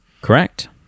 correct